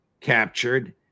captured